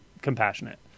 compassionate